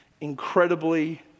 incredibly